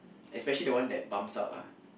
especially the one that bumps out ah